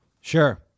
Sure